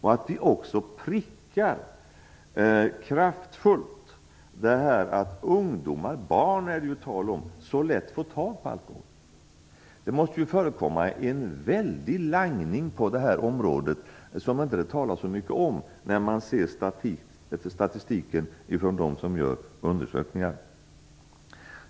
Vi måste också kraftfullt pricka att ungdomar och barn så lätt får tag på alkohol. Det måste förekomma en väldig langning på det här området som det inte talas så mycket om. Det inser man när man ser statistiken från dem som gör undersökningar. Herr talman!